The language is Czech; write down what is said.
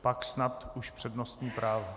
Pak snad už přednostní práva.